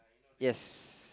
ya